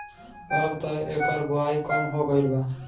अबत एकर बओई कम हो गईल बा